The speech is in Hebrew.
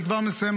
אני כבר מסיים,